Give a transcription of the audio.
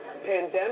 pandemic